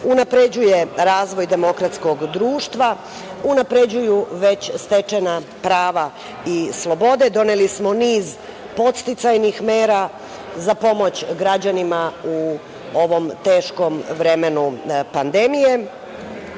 unapređuje razvoj demokratskog društva, unapređuju već stečena prava i slobode. Doneli smo niz podsticajnih mera za pomoć građanima u ovom teškom vremenu pandemije.